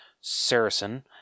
Saracen